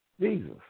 Jesus